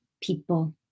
people